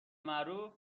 معروف